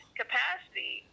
capacity